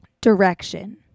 direction